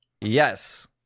Yes